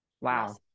wow